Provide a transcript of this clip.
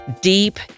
deep